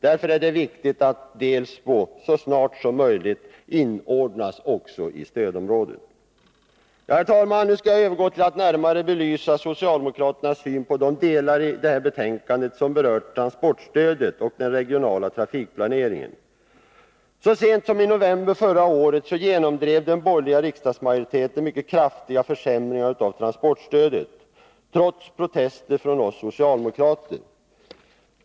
Därför är det viktigt att också Delsbo så snart som möjligt inordnas i stödområdet. Herr talman! Jag skall nu övergå till att närmare belysa socialdemokraternas syn på de delar i detta betänkande som berör transportstödet och den regionala trafikplaneringen. Så sent som i november förra året genomdrev den borgerliga riksdagsmajoriteten mycket kraftiga försämringar av transportstödet, trots protester från oss socialdemokrater.